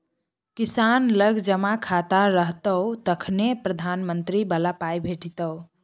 किसान लग जमा खाता रहतौ तखने प्रधानमंत्री बला पाय भेटितो